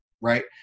right